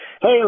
Hey